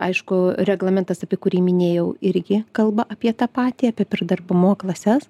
aišku reglamentas apie kurį minėjau irgi kalba apie tą patį apie perdarbumo klases